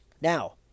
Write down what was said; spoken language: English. Now